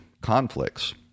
conflicts